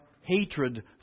hatred